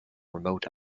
remote